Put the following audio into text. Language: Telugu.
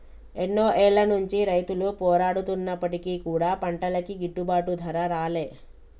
ఎన్నో ఏళ్ల నుంచి రైతులు పోరాడుతున్నప్పటికీ కూడా పంటలకి గిట్టుబాటు ధర రాలే